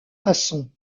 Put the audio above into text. façons